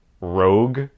Rogue